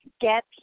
get